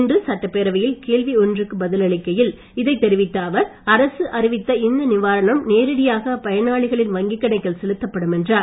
இன்று சட்டப்பேரவையில் கேள்வி ஒன்றுக்கு பதில் அளிக்கையில் இதைத் தெரிவித்த அவர் அரசு அறிவித்த இந்த நிவாரணம் நேரடியாக பயனாளிகளின் வங்கிக் கணக்கில் செலுத்தப்படும் என்றார்